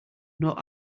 not